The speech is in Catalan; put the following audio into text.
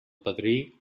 padrí